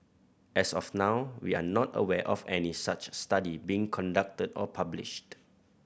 as of now we are not aware of any such study being conducted or published